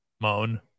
Moan